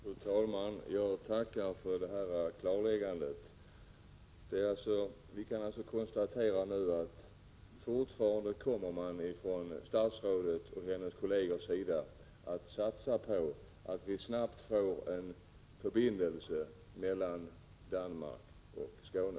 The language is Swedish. Fru talman! Jag tackar för detta klarläggande. Vi kan alltså konstatera att statsrådet och hennes kolleger fortfarande kommer att satsa på att vi snabbt skall få en förbindelse mellan Danmark och Skåne.